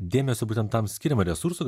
dėmesio būtent tam skiriama resursų